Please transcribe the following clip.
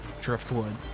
Driftwood